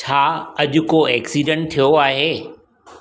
छा अॼु को एक्सीडेंट थियो आहे